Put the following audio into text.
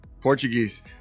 Portuguese